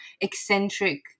eccentric